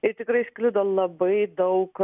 ir tikrai sklido labai daug